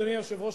אדוני היושב-ראש,